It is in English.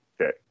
Okay